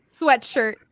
sweatshirt